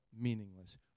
meaningless